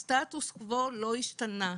הסטטוס קוו לא השתנה.